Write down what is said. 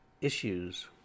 issues